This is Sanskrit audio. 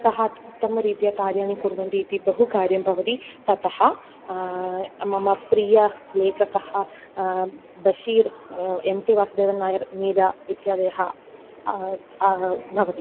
सः अत्युत्तमरीत्या कार्याणि कुर्वन्ति इति बहु कार्यं भवति ततः मम प्रियलेखकः बशीर् एम् टि वासदेवन्नायर् मीरा इत्यादयः भवन्ति